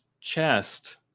chest